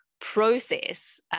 process